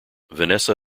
vanessa